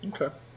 okay